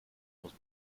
muss